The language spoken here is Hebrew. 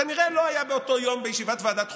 כנראה לא היה באותו יום בישיבת ועדת חוקה.